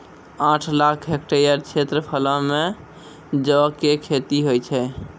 आठ लाख हेक्टेयर क्षेत्रफलो मे जौ के खेती होय छै